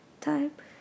type